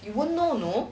you won't know you know